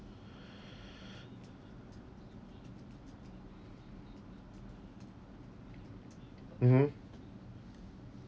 mmhmm